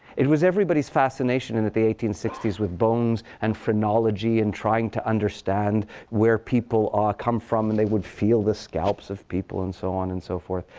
it was everybody's fascination in the eighteen sixty s with bones and phrenology and trying to understand where people come from. and they would feel the scalps of people and so on and so forth.